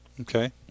okay